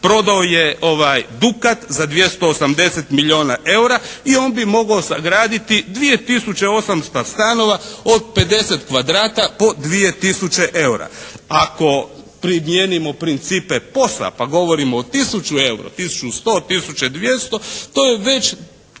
prodao je Dukat za 280 milijuna eura i on bi mogao sagraditi 2800 stanova od 50 kvadrata po 2000 eura. Ako primijenimo principe POS-a pa govorimo od 1000 eura, 1100, 1200 to je već